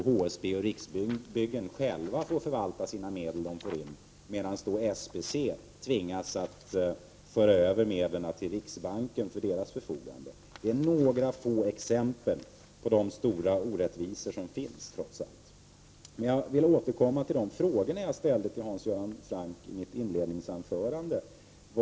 HSB och Riksbyggen får själva förvalta de medel de får in, medan SBC tvingas att föra över medlen till riksbanken för dess förfogande. Det var några få exempel på de stora orättvisor som trots allt finns. Jag vill återkomma till de frågor som jag ställde till Hans Göran Franck i mitt inledningsanförande.